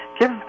Give